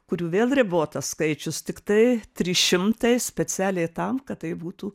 kurių vėl ribotas skaičius tiktai trys šimtai specialiai tam kad tai būtų